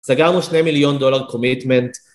סגרנו שני מיליון דולר קומיטמנט.